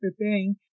preparing